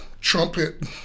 trumpet